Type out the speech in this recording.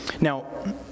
Now